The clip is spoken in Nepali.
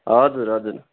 हजुर हजुर